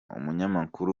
umunyamakuru